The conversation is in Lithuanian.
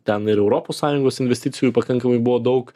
ten ir europos sąjungos investicijų pakankamai buvo daug